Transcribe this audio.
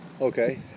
Okay